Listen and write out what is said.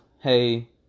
hey